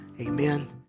Amen